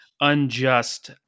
unjust